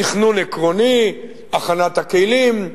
תכנון עקרוני, הכנת הכלים,